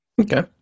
Okay